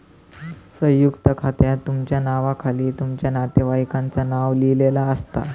संयुक्त खात्यात तुमच्या नावाखाली तुमच्या नातेवाईकांचा नाव लिहिलेला असता